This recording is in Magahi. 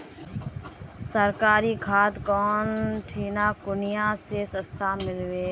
सरकारी खाद कौन ठिना कुनियाँ ले सस्ता मीलवे?